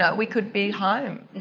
ah we could be home.